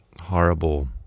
horrible